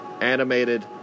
animated